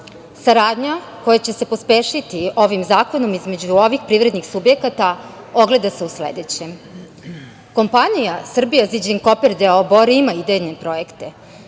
Saradnja koja će se pospešiti ovim zakonom između ovih privrednih subjekata ogleda se u sledećem. Kompanija Serbia Zijin Copper doo Bor ima idejne projekte,